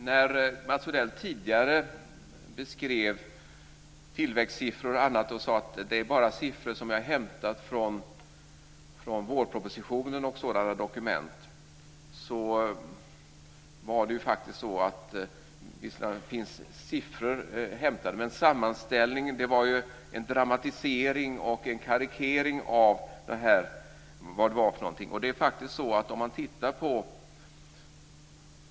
Herr talman! När Mats Odell tidigare beskrev tillväxtsiffror och annat sade han att det bara är siffror hämtade från vårpropositionen och sådana dokument. Visserligen finns det siffror som är hämtade därifrån. Men sammanställningen var en dramatisering och en karikering.